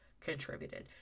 contributed